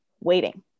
waiting